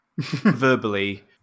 verbally